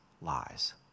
lies